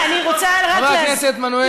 חבר הכנסת מנואל,